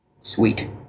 Sweet